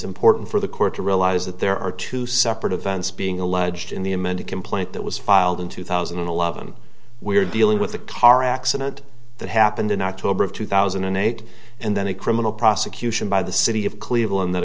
important for the court to realize that there are two separate events being alleged in the amended complaint that was filed in two thousand and eleven we're dealing with the car accident that happened in october of two thousand and eight and then a criminal prosecution by the city of cleveland that